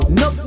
no